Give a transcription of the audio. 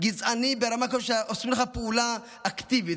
גזעני ברמה כזאת שעושים לך פעולה אקטיבית.